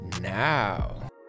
now